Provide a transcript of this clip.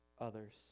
others